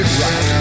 right